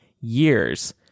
years